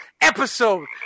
episode